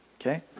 okay